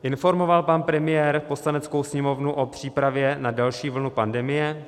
Informoval pan premiér Poslaneckou sněmovnu o přípravě na další vlnu pandemie?